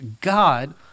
God